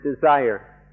desire